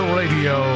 radio